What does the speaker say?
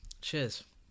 Cheers